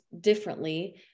differently